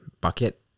bucket